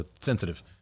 sensitive